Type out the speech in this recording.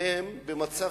הם במצב